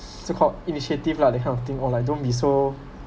so called initiative lah that kind of thing or like don't be so